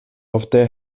ofte